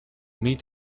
meet